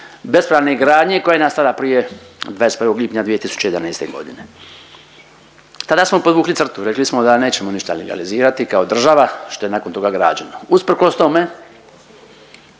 bespravne gradnje koja je nastala prije 21. lipnja 2011. godine. Tada smo podvukli crtu rekli smo da nećemo ništa legalizirati kao država što je nakon toga građeno. Usprkos tome,